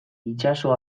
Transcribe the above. itsaso